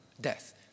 death